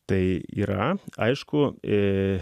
tai yra aišku ir